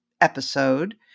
episode